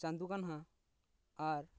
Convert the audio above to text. ᱪᱟᱸᱫᱚ ᱜᱟᱱᱦᱟᱜ ᱟᱨ